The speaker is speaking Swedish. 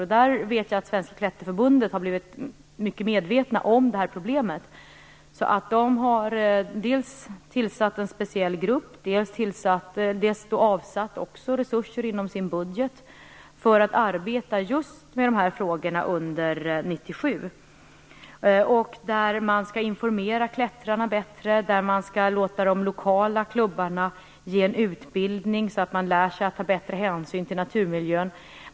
Jag vet att man på Svenska klätterförbundet numera är mycket medveten om problemet. Man har dels tillsatt en speciell grupp, dels avsatt resurser inom sin budget för att under 1997 arbeta med just de här frågorna. Man skall informera klättrarna bättre och låta de lokala klubbarna ge utbildning, så att klättrarna lär sig att ta bättre hänsyn till naturmiljön.